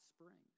springs